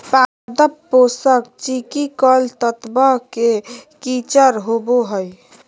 पादप पोषक चिकिकल तत्व के किचर होबो हइ